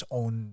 own